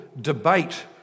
debate